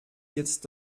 jetzt